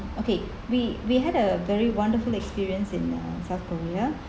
okay we we had a very wonderful experience in uh south korea